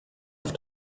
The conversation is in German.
auf